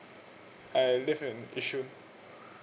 I live in yishun